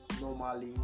normally